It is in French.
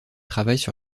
travaillent